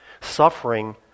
Suffering